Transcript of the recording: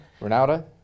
Ronaldo